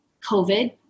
COVID